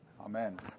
Amen